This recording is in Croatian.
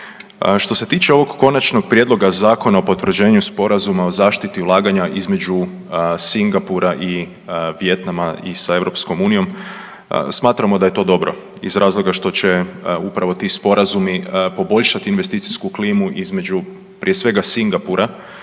Što se tiče ovog Konačnog prijedloga Zakona o potvrđenju Sporazuma o zaštiti ulaganja između Singapura i Vijetnama i sa EU, smatramo da je to dobro iz razloga što će upravo ti sporazumi poboljšati investicijsku klimu između, prije svega, Singapura